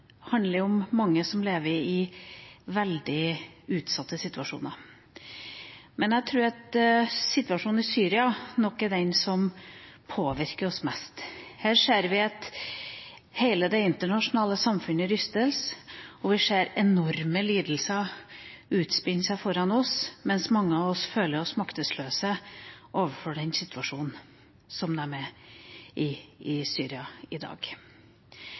handler om mange som lever i veldig utsatte situasjoner, men jeg tror at situasjonen i Syria nok er den som påvirker oss mest. Her ser vi at hele det internasjonale samfunnet rystes. Vi ser enorme lidelser utspille seg foran oss, men mange av oss føler oss maktesløse overfor den situasjonen folk i Syria er i i dag.